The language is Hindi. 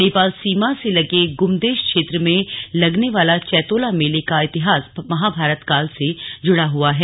नेपाल सीमा से लगे गुमदेश क्षेत्र में लगने वाला चैतोला मेले का इतिहास महाभारतकाल से जुड़ा हुआ है